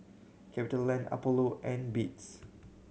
CapitaLand Apollo and Beats